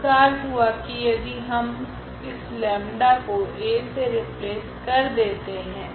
इसका अर्थ हुआ की यदि हम इस 𝜆 को A से रिप्लेस कर देते है